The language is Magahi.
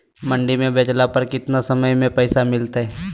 मंडी में बेचला पर कितना समय में पैसा मिलतैय?